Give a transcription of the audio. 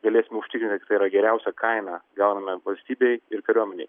galėsime užtikrinti kad tai yra geriausią kainą gauname valstybei ir kariuomenei